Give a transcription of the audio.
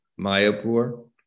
Mayapur